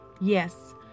Yes